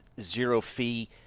zero-fee